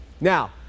Now